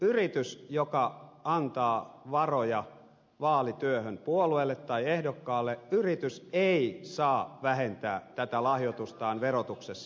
yritys joka antaa varoja vaalityöhön puolueelle tai ehdokkaalle ei saa vähentää tätä lahjoitustaan verotuksessa